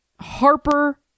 Harper